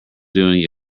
doing